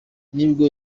n’ubwo